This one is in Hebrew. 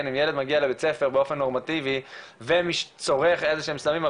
אם ילד מגיע לבית ספר באופן נורמטיבי וצורך איזשהם סמים,